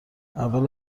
اول